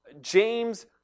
James